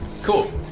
Cool